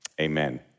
amen